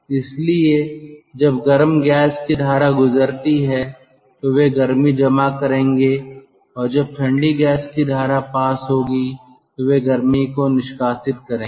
इसलिए जब गर्म गैस की धारा गुजरती है तो वे गर्मी जमा करेंगे और जब ठंडी गैस की धारा पास होगी तो वे गर्मी को निष्कासित करेंगे